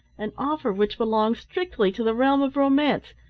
an offer which belonged strictly to the realm of romance,